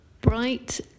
Bright